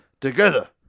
together